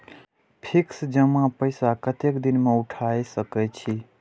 Fix जमा पैसा कतेक दिन में उठाई सके छी?